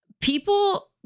people